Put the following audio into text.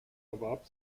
erwarb